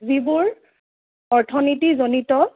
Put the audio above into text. যিবোৰ অৰ্থনীতি জনিত